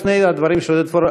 לפני הדברים של עודד פורר,